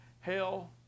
Hell